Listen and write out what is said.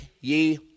ye